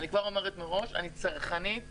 אני אומרת מראש, אני צרכנית